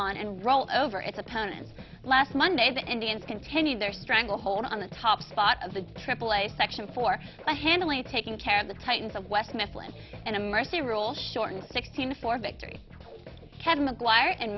on and roll over its opponents last monday the indians continue their stranglehold on the top spot of the triple a section for the handily taking care of the titans of west midlands and a mercy rule shortened sixteen for victory kevin maguire and